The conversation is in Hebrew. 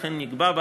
לכן נקבע בה